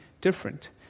different